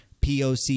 POC